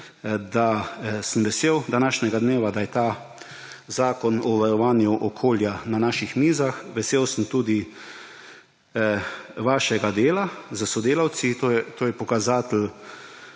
da sem vesel današnjega dneva, da je ta zakon o varovanju okolja na naših mizah. Vesel sem tudi vašega dela s sodelavci. To je pokazatelj